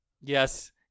yes